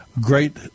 Great